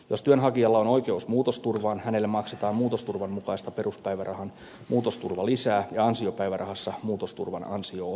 jos työnhakijalla on oikeus muutosturvaan hänelle maksetaan muutosturvan mukaista peruspäivärahan muutosturvalisää ja ansiopäivärahassa muutosturvan ansio osaa